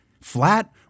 flat